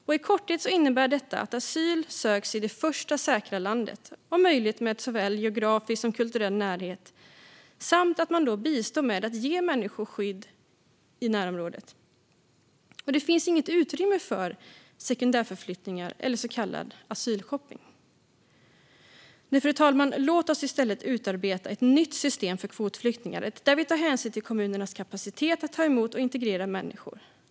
I korthet innebär detta att människor söker asyl i det första säkra landet, om möjligt med såväl geografisk som kulturell närhet, samt att man då bistår med att ge människor skydd i närområdet. Men det finns inget utrymme för sekundärförflyttningar eller så kallad asylshopping. Fru talman! Låt oss i stället utarbeta ett nytt system för kvotflyktingar, där vi tar hänsyn till kommunernas kapacitet att ta emot och integrera människor.